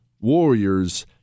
warriors